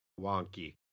wonky